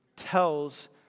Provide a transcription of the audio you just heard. tells